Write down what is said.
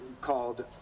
called